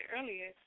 earlier